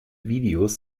videos